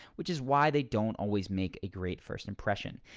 which is why they don't always make a great first impression.